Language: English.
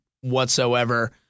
whatsoever